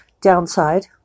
downside